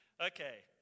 Okay